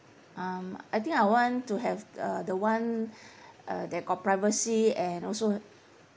um I think I want to have uh the [one] uh that got privacy and also